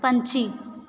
ਪੰਛੀ